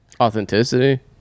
Authenticity